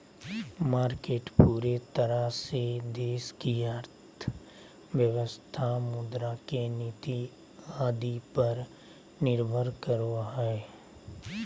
market पूरे तरह से देश की अर्थव्यवस्था मुद्रा के नीति आदि पर निर्भर करो हइ